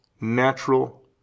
natural